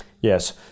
Yes